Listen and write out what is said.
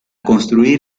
construir